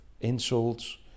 insults